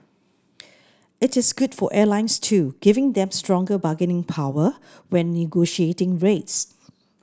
it is good for airlines too giving them stronger bargaining power when negotiating rates